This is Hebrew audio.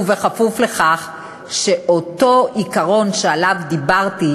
בכפוף לאותו עיקרון שעליו דיברתי,